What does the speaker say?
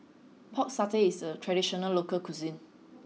Pork Satay is a traditional local cuisine